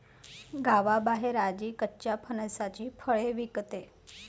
गावाबाहेर आजी कच्च्या फणसाची फळे विकते